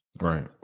Right